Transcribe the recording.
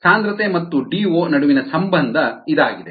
ಸಾಂದ್ರತೆ ಮತ್ತು ಡಿಒ ನಡುವಿನ ಸಂಬಂಧ ಇದಾಗಿದೆ